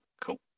Cool